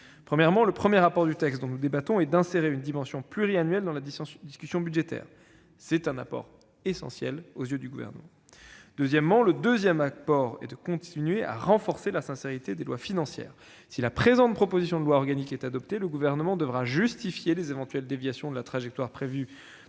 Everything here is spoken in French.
premier objectif que vise le texte dont nous débattons est d'insérer une dimension pluriannuelle dans la discussion budgétaire. C'est un apport essentiel aux yeux du Gouvernement. Le deuxième objectif est de continuer à renforcer la sincérité des lois financières. Si la présente proposition de loi organique est adoptée, le Gouvernement devra justifier les éventuelles déviations de la trajectoire prévue